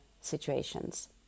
situations